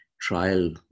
trial